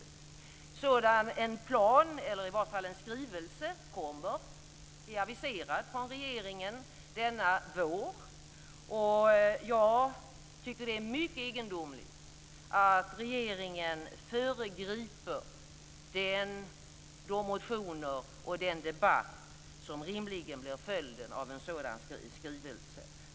En sådan plan, eller i varje fall en skrivelse, är aviserad från regeringen denna vår. Jag tycker att det är mycket egendomligt att regeringen föregriper de motioner och den debatt som rimligen blir följden av en sådan skrivelse.